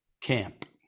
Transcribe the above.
camp